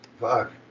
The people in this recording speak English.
Fuck